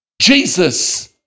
Jesus